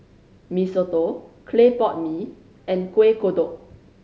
Mee Soto clay pot mee and Kuih Kodok